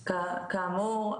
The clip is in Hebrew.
כאמור,